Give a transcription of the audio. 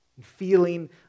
Feeling